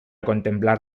contemplar